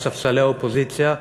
מספסלי האופוזיציה,